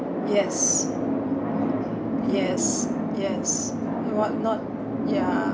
yes yes yes whatnot yeah